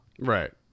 Right